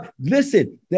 Listen